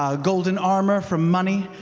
um golden armor from money.